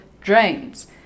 drains